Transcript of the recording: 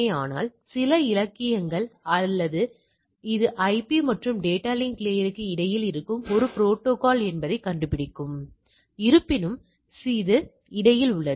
அதனால்தான் உங்களிடம் 30 அல்லது அதற்கு மேற்பட்ட கட்டின்மை கூறுகள் இருந்தால் அது இயல்நிலைப் பரவலாக மதிப்பிடமுடியும் என பொதுவாக நம்பப்படுகிறது